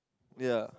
ya